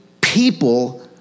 people